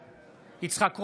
בעד יצחק קרויזר,